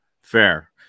fair